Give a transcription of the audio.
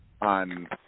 on